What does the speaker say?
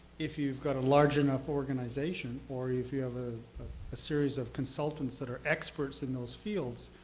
if you've got a large enough organization or if you have ah a series of consultants that are experts in those fields,